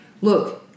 look